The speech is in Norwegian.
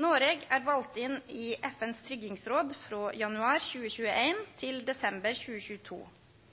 Noreg er valt inn i FNs tryggingsråd frå januar 2021 til desember 2022.